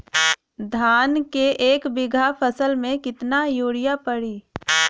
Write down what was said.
धान के एक बिघा फसल मे कितना यूरिया पड़ी?